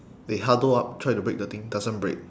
they huddle up try to break the thing doesn't break